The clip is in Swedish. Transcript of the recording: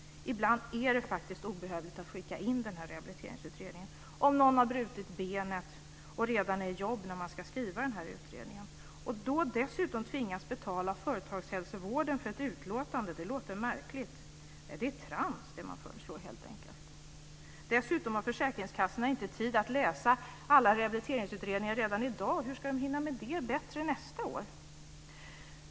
Ibland är det faktiskt obehövligt att skicka in en rehabiliteringsutredning. Att det för någon som har brutit benet men som redan är i jobb när utredningen ska skrivas dessutom ska behöva betalas till företagshälsovården för ett utlåtande låter märkligt. Det som man föreslår är helt enkelt trams. Dessutom har försäkringskassorna redan i dag inte tid att läsa alla rehabiliteringsutredningar. Hur ska de kunna hinna med det bättre nästa år?